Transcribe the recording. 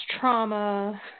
trauma